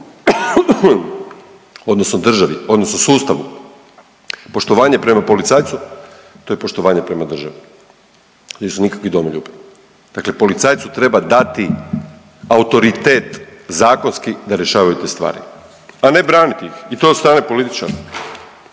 odnosno državi odnosno sustavu. Poštovanje prema policajcu to je poštovanje prama državi, oni nisu nikakvi domoljubi. Dakle, policajcu treba dati autoritet zakonski da rješavaju te stvari, a ne braniti ih i to od strane političara.